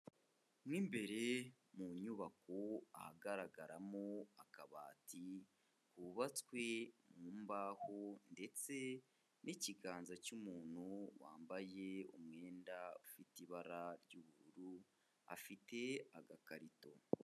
Mo imbere mu nyubako ahagaragaramo akabati kubatswe mu mbaho ndetse n'ikiganza cy'umuntu wambaye umwenda ufite ibara ry'ubururu, afite agakarito.